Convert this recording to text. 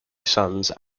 sons